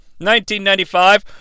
1995